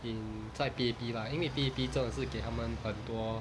in 在 P_A_P lah 因为 P_A_P 真的是给他们很多